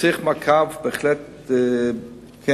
צריך מעקב, בהחלט כן,